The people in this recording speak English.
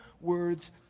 words